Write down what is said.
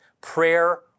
Prayer